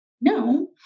no